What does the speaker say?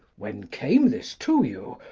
when came this to you?